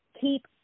Keep